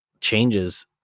changes